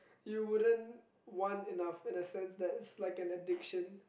you wouldn't want enough in the sense that it's like an addiction